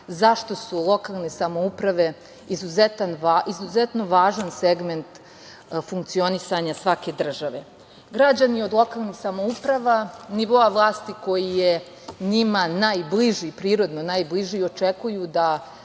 zašto su lokalne samouprave izuzetno važan segment funkcionisanja svake države. Građani od lokalnih samouprava, nivoa vlasti koji je njima najbliži, prirodni najbliži, očekuju da